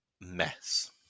mess